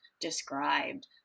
described